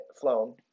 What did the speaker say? flown